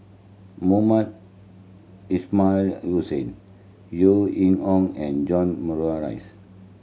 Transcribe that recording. Mohamed Ismail Hussain Yeo Ing Hong and John Morrice